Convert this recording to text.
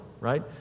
right